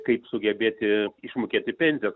kaip sugebėti išmokėti pensijas